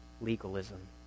Legalism